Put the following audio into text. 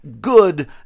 good